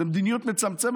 זו מדיניות מצמצמת,